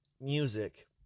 music